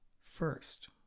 first